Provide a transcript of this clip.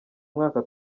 mwaka